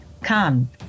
Come